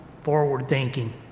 forward-thinking